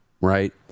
right